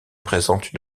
présente